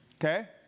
Okay